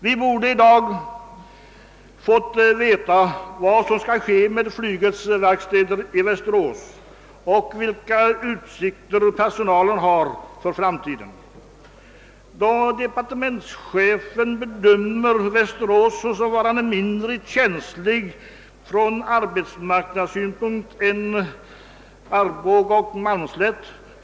Vi borde i dag ha fått veta vad som skall ske med flygets verkstad i Västerås och vilka utsikter personalen har för framtiden. Departementschefen bedömer Västerås såsom varande mindre känsligt från arbetsmarknadssynpunkt än Arboga och Malmslätt.